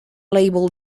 label